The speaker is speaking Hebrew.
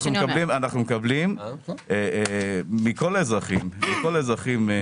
אנחנו מקבלים הערות מכל האזרחים,